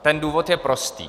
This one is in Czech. Ten důvod je prostý.